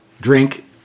drink